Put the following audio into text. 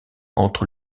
entre